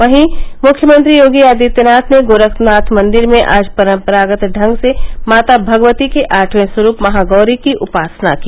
वहीं मुख्यमंत्री योगी आदित्यनाथ ने गोरखनाथ मंदिर में आज परम्परागत ढंग से माता भगवती के आठवें स्वरूप महागौरी की उपासना की